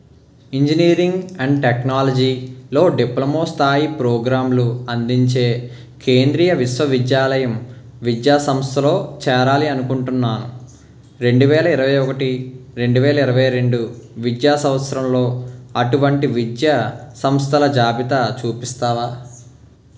engineering and టెక్నాలజీలో diploma స్థాయి ప్రోగ్రాంలు అందించే కేంద్రీయ విశ్వవిద్యాలయం విద్యా సంస్థలో చేరాలి అనుకుంటున్నాను రెండు వేల ఇరవై ఒకటి రెండు వేల ఇరవై రెండు విద్యా సంవత్సరంలో అటువంటి విద్యా సంస్థల జాబితా చూపిస్తావా